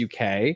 UK